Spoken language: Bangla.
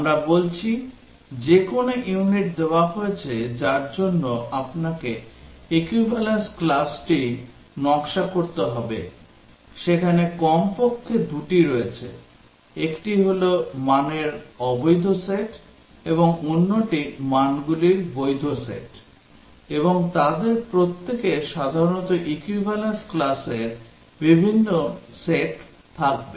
আমরা বলছি যে কোনও ইউনিট দেওয়া হয়েছে যার জন্য আপনাকে equivalence classটি নকশা করতে হবে সেখানে কমপক্ষে দুটি রয়েছে একটি হল মানের অবৈধ সেট এবং অন্যটি মানগুলির বৈধ সেট এবং তাদের প্রত্যেকের সাধারণত equivalence classর বিভিন্ন সেট থাকবে